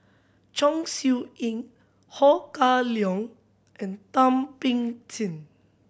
Chong Siew Ying Ho Kah Leong and Thum Ping Tjin